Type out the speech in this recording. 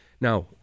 Now